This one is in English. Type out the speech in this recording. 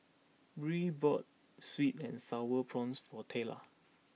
Bree bought Sweet and Sour Prawns for Tayla